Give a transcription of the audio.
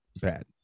bad